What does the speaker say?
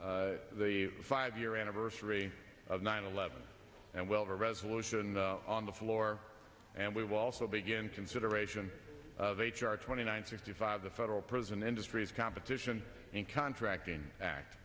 the five year anniversary of nine eleven and well a resolution on the floor and we will also begin consideration of h r twenty nine fifty five the federal prison industries competition and contracting act